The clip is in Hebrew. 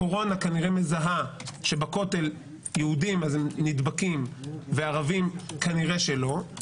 הקורונה כנראה מזהה שבכותל יהודים נדבקים וערבים כנראה שלא.